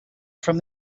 from